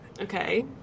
Okay